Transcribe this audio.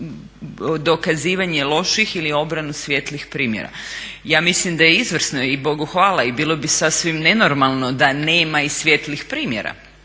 dokazivanje loših ili obranu svijetlih primjera. Ja mislim da je izvrsno i Bogu hvala i bilo sasvim nenormalno da nema i svijetlih primjera